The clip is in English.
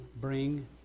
bring